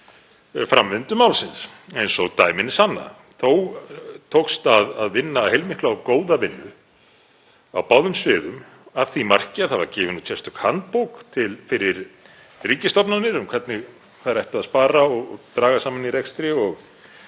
framvindu málsins, eins og dæmin sanna. Þó tókst að vinna heilmikla og góða vinnu á báðum sviðum að því marki að gefin var út sérstök handbók fyrir ríkisstofnanir um hvernig þær ættu að spara og draga saman í rekstri, og